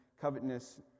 covetousness